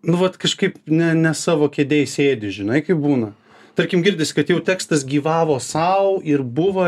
nu vat kažkaip ne ne savo kėdėj sėdi žinai kaip būna tarkim girdisi kad jau tekstas gyvavo sau ir buvo